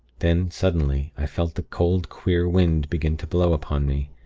then, suddenly, i felt the cold, queer wind begin to blow upon me.